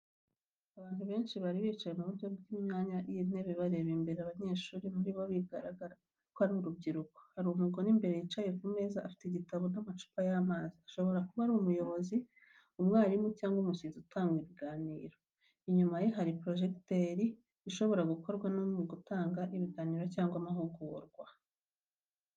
Abantu benshi bari bicaye mu buryo bw’imyanya y’intebe bareba imbere abenshi muri bo bigaragara ko ari urubyiruko. Hari umugore imbere yicaye ku meza, afite igitabo n’amacupa y’amazi, ashobora kuba ari umuyobozi, umwarimu, cyangwa umushyitsi utanga ikiganiro. Inyuma ye hari projector ishobora gukoreshwa mu gutanga ibiganiro cyangwa amahugurwa.